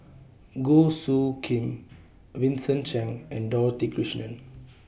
Goh Soo Khim Vincent Cheng and Dorothy Krishnan